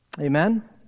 Amen